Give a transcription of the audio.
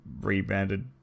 rebranded